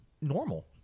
normal